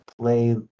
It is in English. play